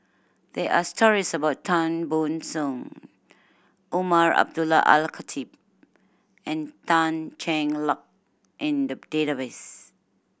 there are stories about Tan Ban Soon Umar Abdullah Al Khatib and Tan Cheng Lock in the database